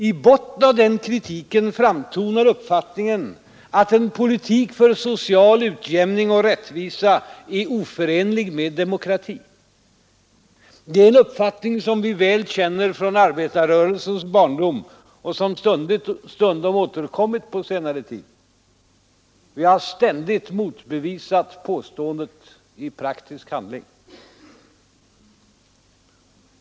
I botten på denna kritik framtonar uppfattningen att en politik för social utjämning och rättvisa är oförenlig med demokrati. Det är en uppfattning som vi väl känner från arbetarrörelsens barndom och som stundom återkommit på senare tid. Vi har ständigt motbevisat påståendet i praktisk handling.